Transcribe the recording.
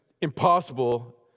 impossible